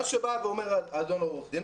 מה שבא ואומר אדון עורך הדין,